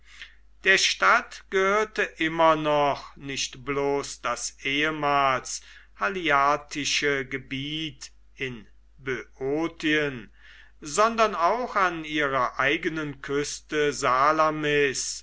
der stadt gehörte immer noch nicht bloß das ehemals haliartische gebiet in böotien sondern auch an ihrer eigenen küste